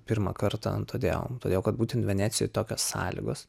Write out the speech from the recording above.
pirmą kartą todėl todėl kad būtent venecijoj tokios sąlygos